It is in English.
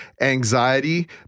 anxiety